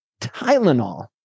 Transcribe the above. Tylenol